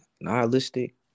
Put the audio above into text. nihilistic